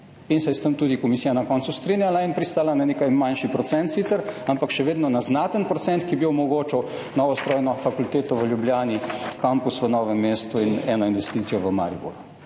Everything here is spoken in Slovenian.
In se je s tem tudi komisija na koncu strinjala in pristala na sicer nekaj manjši procent, ampak še vedno na znaten procent, ki bi omogočal novo strojno fakulteto v Ljubljani, kampus v Novem mestu in eno investicijo v Mariboru.